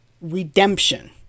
redemption